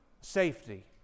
Safety